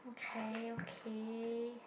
okay okay